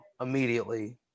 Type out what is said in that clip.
immediately